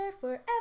forever